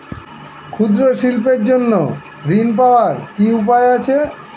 ক্ষুদ্র শিল্পের জন্য ঋণ পাওয়ার কি উপায় আছে?